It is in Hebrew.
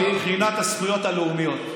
מבחינת הזכויות הלאומיות,